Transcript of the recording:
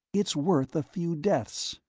it's worth a few deaths!